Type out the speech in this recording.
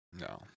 No